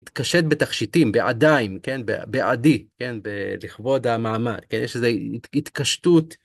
התקשט בתכשיטים, בעדיים, בעדי, לכבוד המעמד, יש איזו התקשטות.